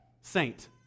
Saint